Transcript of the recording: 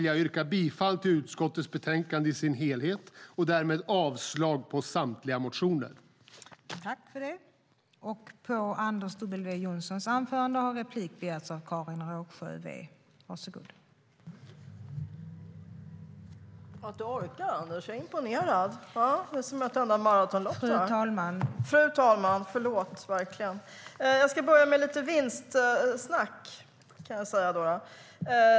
Jag yrkar bifall till utskottets förslag och avslag på samtliga motioner.I detta anförande instämde Finn Bengtsson .